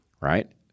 right